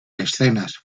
escenas